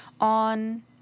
on